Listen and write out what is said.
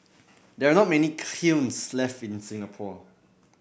there are not many kilns left in Singapore